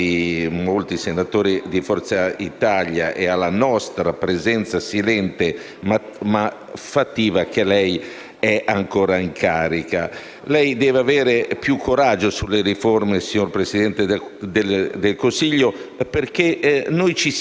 è ancora in carica. Lei deve avere più coraggio nell'ambito delle riforme, signor Presidente del Consiglio, perché noi ci siamo se lei ci porta riforme che risolvono i problemi del Paese. Il presidente Casini